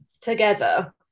together